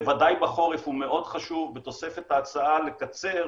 בוודאי בחורף, הוא מאוד חשוב, בתוספת ההצעה לקצר,